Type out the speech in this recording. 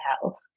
health